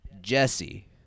Jesse